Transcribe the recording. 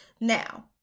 Now